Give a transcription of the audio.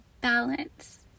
balance